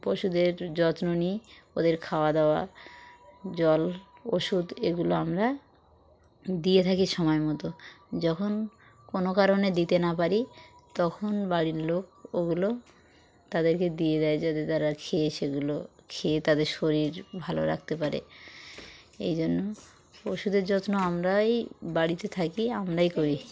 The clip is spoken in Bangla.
পশুদের যত্ন নিই ওদের খাওয়া দাওয়া জল ওষুধ এগুলো আমরা দিয়ে থাকি সময় মতো যখন কোনো কারণে দিতে না পারি তখন বাড়ির লোক ওগুলো তাদেরকে দিয়ে দেয় যাতে তারা খেয়ে সেগুলো খেয়ে তাদের শরীর ভালো রাখতে পারে এই জন্য পশুদের যত্ন আমরাই বাড়িতে থাকি আমরাই করি